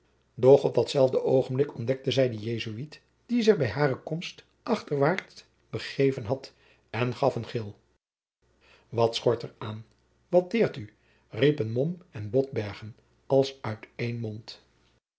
op datzelfde oogenblik ontdekte zij den jesuit die zich bij hare komst achterwaart begeven had en gaf een gil wat schort er aan wat deert u riepen mom en botbergen als uit één mond